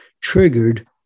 triggered